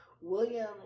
William